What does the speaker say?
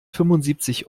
fünfundsiebzig